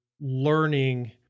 learning